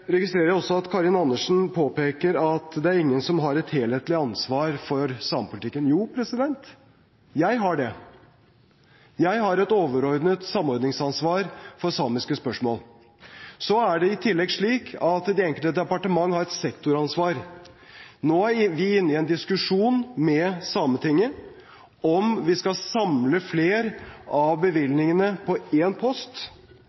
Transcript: registrerer også at Karin Andersen påpeker at det er ingen som har et helhetlig ansvar for samepolitikken. Jo, jeg har det. Jeg har et overordnet samordningsansvar for samiske spørsmål. Det er i tillegg slik at de enkelte departementer har et sektoransvar. Nå er vi inne i en diskusjon med Sametinget om hvorvidt vi skal samle flere av bevilgningene på én post,